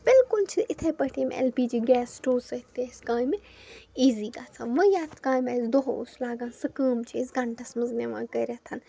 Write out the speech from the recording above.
بِلکُل چھِ یِتھَے پٲٹھۍ یِم اٮ۪ل پی جی گیس سٕٹو سۭتۍ تہِ اَسہِ کامہِ ایٖزی گژھان وۄنۍ یَتھ کامہِ اَسہِ دۄہ اوس لَگان سُہ کٲم چھِ أسۍ گَنٹَس منٛز نِوان کٔرِتھ